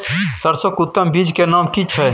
सरसो के उत्तम बीज के नाम की छै?